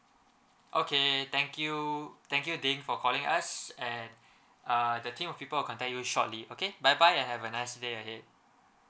okay thank you thank you ting for calling us and uh the team of people will contact you shortly okay bye bye and have a nice day ahead